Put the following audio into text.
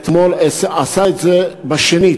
אתמול עשה את זה בשנית.